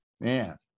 Man